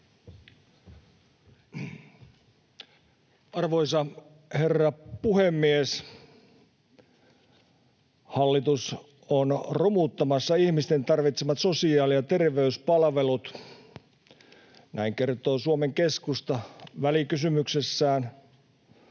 Arvoisa herra puhemies! Hallitus on romuttamassa ihmisten tarvitsemat sosiaali- ja terveyspalvelut — näin kertoo Suomen Keskusta välikysymyksessään.